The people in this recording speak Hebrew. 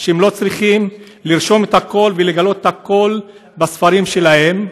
הן לא צריכות לרשום הכול ולגלות הכול בספרים שלהן.